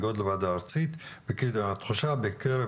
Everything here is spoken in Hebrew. הוועדה קוראת